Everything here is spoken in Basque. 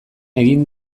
egin